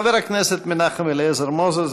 חבר הכנסת מנחם אליעזר מוזס,